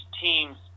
teams